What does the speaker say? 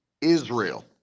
Israel